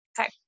Okay